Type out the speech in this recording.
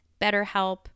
BetterHelp